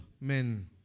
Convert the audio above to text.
men